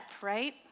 right